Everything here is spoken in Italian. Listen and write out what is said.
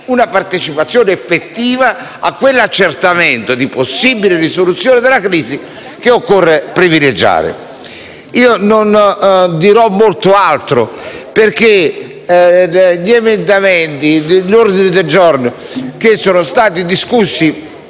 una partecipazione effettiva a quell'accertamento di possibili risoluzioni della crisi che occorre privilegiare. Io non dirò molto altro, perché gli emendamenti e gli ordini del giorno discussi